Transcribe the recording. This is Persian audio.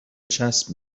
چسب